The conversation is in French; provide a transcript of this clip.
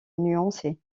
nuancée